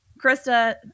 Krista